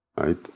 right